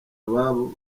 ababo